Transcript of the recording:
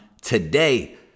today